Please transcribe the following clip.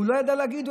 הוא לא ידע להגיד.